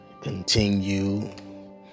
continue